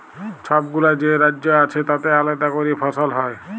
ছবগুলা যে রাজ্য আছে তাতে আলেদা ক্যরে ফসল হ্যয়